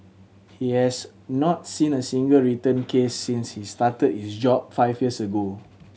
he has not seen a single return case since he started his job five years ago